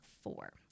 four